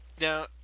Now